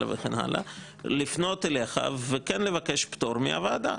לפנות אליך וכן לבקש פטור מהוועדה.